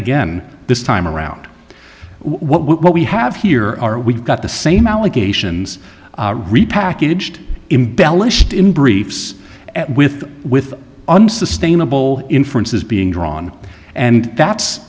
again this time around what we have here are we've got the same allegations repackaged embellished in briefs at with with unsustainable inferences being drawn and that's